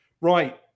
right